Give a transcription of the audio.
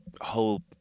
whole